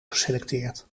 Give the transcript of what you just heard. geselecteerd